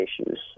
issues